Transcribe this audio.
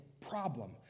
problem